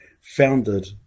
founded